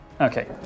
okay